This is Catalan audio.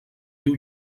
riu